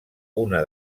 una